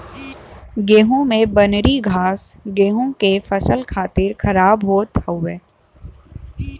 गेंहू में बनरी घास गेंहू के फसल खातिर खराब होत हउवे